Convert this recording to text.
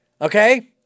Okay